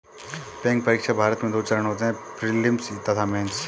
bank परीक्षा, भारत में दो चरण होते हैं प्रीलिम्स तथा मेंस